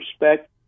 respect